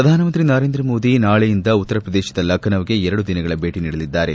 ಪ್ರಧಾನಮಂತ್ರಿ ನರೇಂದ್ರ ಮೋದಿ ನಾಳೆಯಿಂದ ಉತ್ತರಪ್ರದೇಶದ ಲಖನೌಗೆ ಎರಡು ದಿನಗಳ ಭೇಟಿ ನೀಡಲಿದ್ದಾರೆ